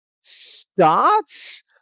starts